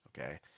Okay